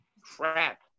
Crap